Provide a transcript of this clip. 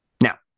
Now